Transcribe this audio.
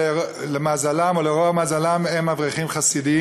שלמזלם או לרוע מזלם הם אברכים חסידים,